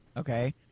Okay